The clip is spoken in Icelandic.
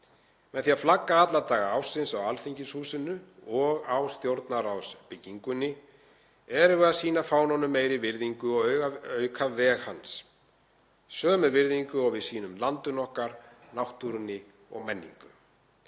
Með því að flagga alla daga ársins á Alþingishúsinu og á Stjórnarráðsbyggingunni sýnum við fánanum meiri virðingu og aukum veg hans, sömu virðingu og við sýnum landinu okkar, náttúrunni og menningu.